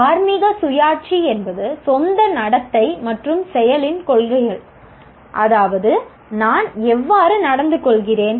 தார்மீக சுயாட்சி என்பது சொந்த நடத்தை மற்றும் செயலின் கொள்கைகள் அதாவது நான் எவ்வாறு நடந்துகொள்கிறேன்